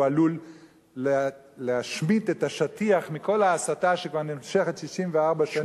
עלול להשמיט את השטיח מכל ההסתה שכבר נמשכת 64 שנים,